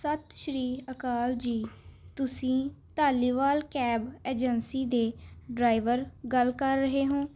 ਸਤਿ ਸ਼੍ਰੀ ਅਕਾਲ ਜੀ ਤੁਸੀਂ ਧਾਲੀਵਾਲ ਕੈਬ ਏਜੰਸੀ ਦੇ ਡਰਾਈਵਰ ਗੱਲ ਕਰ ਰਹੇ ਹੋਂ